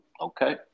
okay